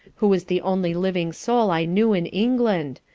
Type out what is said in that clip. who was the only living soul i knew in england,